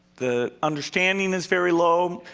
the understanding is very low.